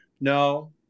no